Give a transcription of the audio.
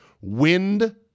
wind